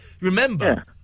remember